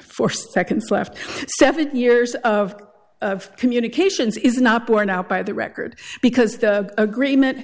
for seconds left seven years of communications is not borne out by the record because the agreement